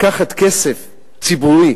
לקחת כסף ציבורי